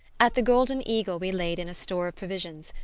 at the golden eagle we laid in a store of provisions,